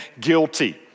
guilty